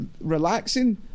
relaxing